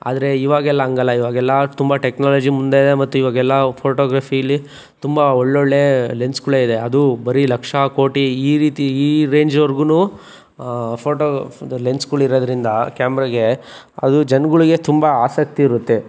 ಆದರೆ ಇವಾಗೆಲ್ಲ ಹಂಗಲ್ಲ ಇವಾಗೆಲ್ಲ ತುಂಬ ಟೆಕ್ನಾಲಜಿ ಮುಂದೆನೇ ಮತ್ತು ಇವಾಗೆಲ್ಲ ಫೋಟೊಗ್ರಫಿಲಿ ತುಂಬ ಒಳ್ಳೊಳ್ಳೆ ಲೆನ್ಸ್ಗಳೆ ಇದೆ ಅದು ಬರಿ ಲಕ್ಷ ಕೋಟಿ ಈ ರೀತಿ ಈ ರೇಂಜ್ವರೆಗೂ ಫೋಟೊದು ಲೆನ್ಸ್ಗಳು ಇರೋದರಿಂದ ಕ್ಯಾಮ್ರಾಗೆ ಅದು ಜನಗಳಿಗೆ ತುಂಬ ಆಸಕ್ತಿ ಇರುತ್ತೆ